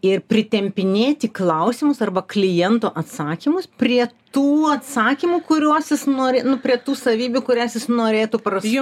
ir pritempinėti klausimus arba kliento atsakymus prie tų atsakymų kuriuos jis nori nu prie tų savybių kurias jis norėtų pras